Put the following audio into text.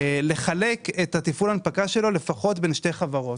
לחלק את תפעול ההנפקה שלו לפחות בין שתי חברות.